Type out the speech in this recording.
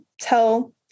tell